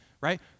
right